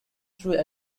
through